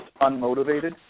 unmotivated